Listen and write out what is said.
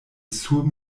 sur